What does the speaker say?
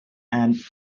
and